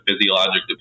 physiologic